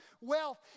wealth